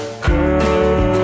girl